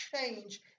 change